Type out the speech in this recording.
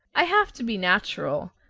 i have to be natural.